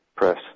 press